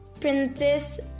princess